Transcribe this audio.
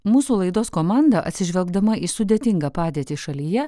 mūsų laidos komanda atsižvelgdama į sudėtingą padėtį šalyje